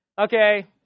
Okay